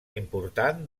important